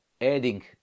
adding